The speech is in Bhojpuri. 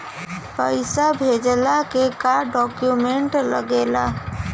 पैसा भेजला के का डॉक्यूमेंट लागेला?